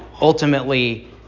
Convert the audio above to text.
ultimately